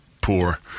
poor